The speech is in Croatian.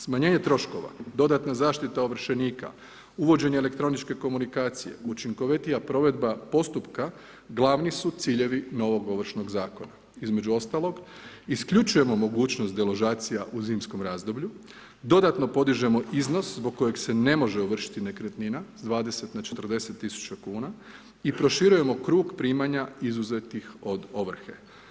Smanjenje troškova, dodatna zaštita ovršenika, uvođenje elektroničke komunikacije, učinkovitija provedba postupka glavni su ciljevi novog ovršnog zakona, između ostalog isključujemo mogućnost deložacija u zimskom razdoblju, dodatno podižemo iznos zbog kojeg se ne može ovršiti nekretnina s 20 na 40 000 kuna i proširujemo krug primanja izuzetih od ovrhe.